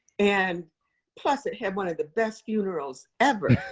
and plus, it had one of the best funerals ever.